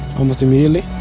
almost immediately.